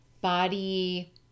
body